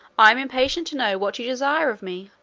i am impatient to know what you desire of me.